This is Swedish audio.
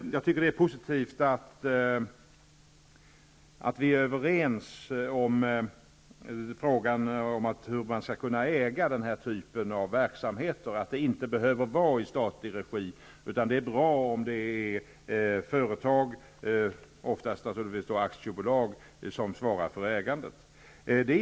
Det är positivt att vi är överens beträffande frågan om hur man skall kunna äga den här typen av verksamhet och att den inte behöver drivas i statlig regi. Det är bra om det är företag, oftast aktiebolag, som svarar för ägandet.